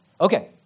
Okay